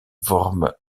vorm